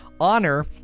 honor